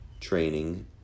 training